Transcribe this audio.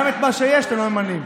גם את מה שיש אתם לא ממנים.